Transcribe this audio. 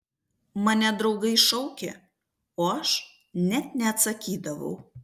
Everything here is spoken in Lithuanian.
mane draugai šaukė o aš net neatsakydavau